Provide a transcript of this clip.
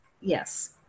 Yes